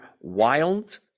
wild